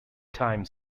time